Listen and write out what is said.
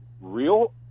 real